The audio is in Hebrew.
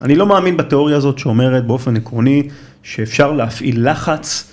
אני לא מאמין בתיאוריה הזאת שאומרת באופן עקרוני שאפשר להפעיל לחץ.